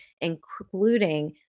including